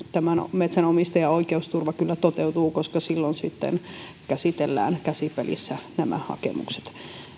metsänomistajan oikeusturva kyllä toteutuu koska silloin sitten käsitellään käsipelillä nämä hakemukset